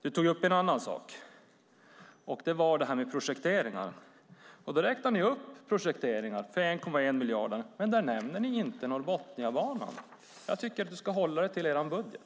Ni tar upp en annan sak, nämligen projekteringar. Ni räknar upp projekteringar för 1,1 miljarder, men ni nämner inte Norrbotniabanan. Jag tycker att Leif Pettersson ska hålla sig till er budget.